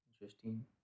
Interesting